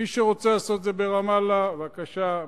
מי שרוצה לעשות את זה ברמאללה, בבקשה.